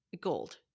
gold